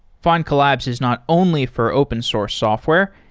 find collabs is not only for open source software.